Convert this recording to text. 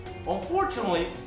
Unfortunately